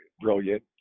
brilliant